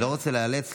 אני לא רוצה לאלץ,